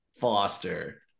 Foster